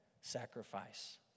sacrifice